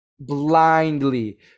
blindly